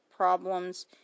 problems